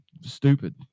stupid